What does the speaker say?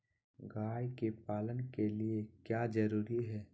गाय के पालन के लिए क्या जरूरी है?